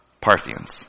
Parthians